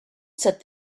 said